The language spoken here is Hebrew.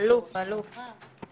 הצבעה בעד 3 נגד אין